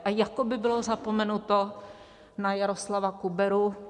A jako by bylo zapomenuto na Jaroslava Kuberu.